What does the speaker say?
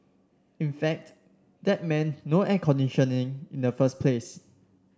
in fact that meant no air conditioning in the first place